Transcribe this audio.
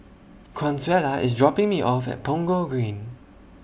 Consuela IS dropping Me off At Punggol Green